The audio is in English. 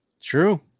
True